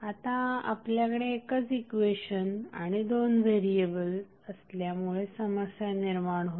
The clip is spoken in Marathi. आता आपल्याकडे एकच इक्वेशन आणि दोन व्हेरिएबल असल्यामुळे समस्या निर्माण होईल